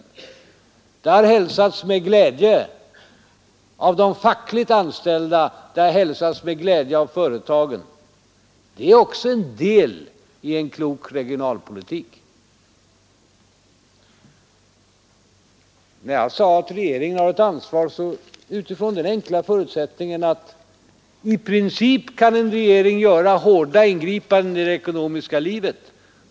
Det ten har hälsats med glädje av de fackligt anställda och av företagen. Det är också en del i en klok regionalpolitik. När jag sade att regeringen har ett ansvar, utgick jag från den enkla förutsättningen att en regering i princip kan göra hårda ingripanden i det ekonomiska livet.